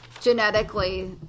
genetically